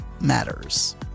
matters